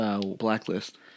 Blacklist